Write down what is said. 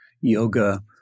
yoga